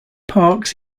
parks